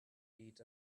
beat